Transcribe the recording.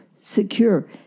secure